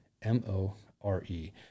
M-O-R-E